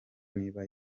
niba